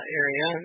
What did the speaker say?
area